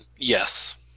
Yes